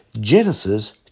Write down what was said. Genesis